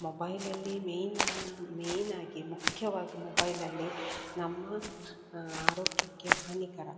ಮೊಬೈಲಲ್ಲಿ ಮೇಯ್ನ ಮೇಯ್ನಾಗಿ ಮುಖ್ಯವಾಗಿ ಮೊಬೈಲಲ್ಲಿ ನಮ್ಮ ಆರೋಗ್ಯಕ್ಕೆ ಹಾನಿಕರ